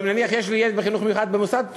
או אם, נניח, יש לי ילד בחינוך מיוחד במוסד פטור,